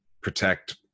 protect